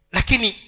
Lakini